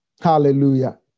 hallelujah